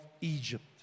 Egypt